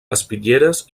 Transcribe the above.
espitlleres